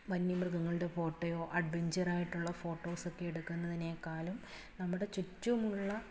വന്യമൃഗങ്ങളുടെ ഫോട്ടോയോ അഡ്വെഞ്ചറായിട്ടുള്ള ഫോട്ടോസൊക്കെ എടുക്കുന്നതിനേക്കാളും നമ്മുടെ ചുറ്റുമുള്ള